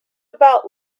about